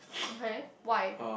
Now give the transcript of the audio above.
okay why